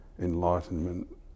Enlightenment